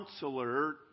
Counselor